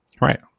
right